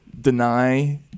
deny